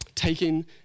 taking